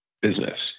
business